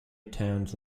towns